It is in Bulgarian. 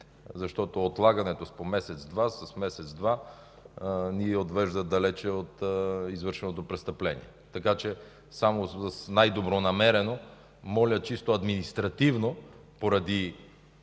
защото отлагането с по месец-два ни отвежда далеч от извършеното престъпление. Така че най-добронамерено моля, чисто административно, поради